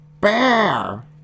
bear